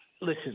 listen